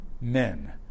men